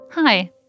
Hi